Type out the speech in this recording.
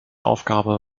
aufgabe